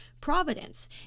providence